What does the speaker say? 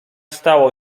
stało